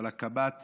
בהקמת